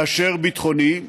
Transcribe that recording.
יותר מאשר ביטחוני.